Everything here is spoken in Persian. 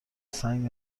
سنگ